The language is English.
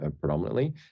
predominantly